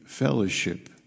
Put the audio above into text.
Fellowship